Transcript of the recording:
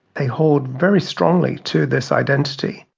they hold very strongly to this identity